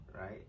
right